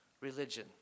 religion